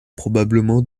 probablement